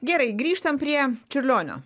gerai grįžtam prie čiurlionio